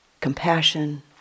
compassion